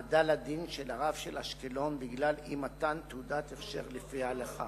העמדה לדין של הרב של אשקלון בגלל אי-מתן תעודת הכשר לפי ההלכה.